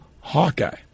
Hawkeye